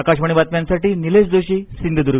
आकाशवाणी बातम्यांसाठी निलेश जोशी सिंधूदर्ग